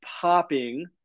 popping